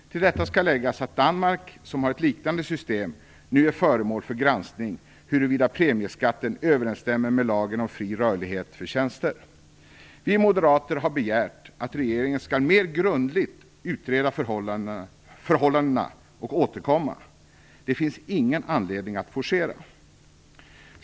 Till detta skall läggas att Danmark, som har ett liknande system, nu är föremål för granskning huruvida premieskatten överensstämmer med lagen om fri rörlighet för tjänster eller ej. Vi moderater har begärt att regeringen skall mer grundligt utreda förhållandena och återkomma. Det finns ingen anledning att forcera.